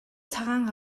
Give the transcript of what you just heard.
цагаан